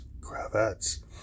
cravats